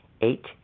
eight